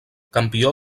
campió